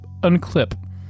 unclip